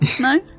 No